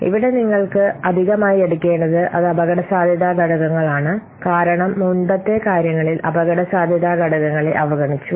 ഇവിടെ നിങ്ങൾ അധികമായി എടുക്കേണ്ടത് അത് അപകടസാധ്യത ഘടകങ്ങളാണ് കാരണം മുമ്പത്തെ കാര്യങ്ങളിൽ അപകടസാധ്യത ഘടകങ്ങളെ അവഗണിച്ചു